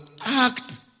act